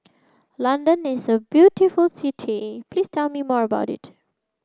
London is a beautiful city Please tell me more about it